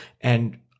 and-